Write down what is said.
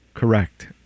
correct